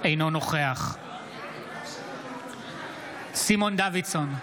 אינו נוכח סימון דוידסון,